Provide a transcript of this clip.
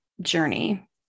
journey